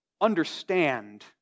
understand